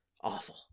Awful